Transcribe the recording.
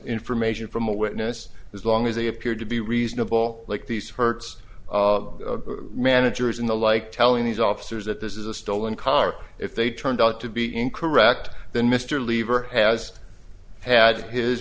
information from a witness as long as they appear to be reasonable like these hurts managers and the like telling these officers that this is a stolen car if they turned out to be incorrect then mr lever has had his